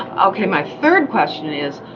okay, my third question is,